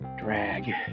drag